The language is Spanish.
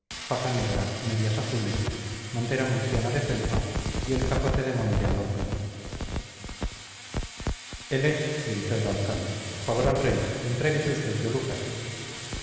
faja negra medias azules montera murciana de felpa y el capote de monte al hombro él es gritó el alcalde favor al rey entréguese usted tío lucas